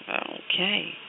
Okay